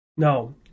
No